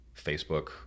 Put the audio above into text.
Facebook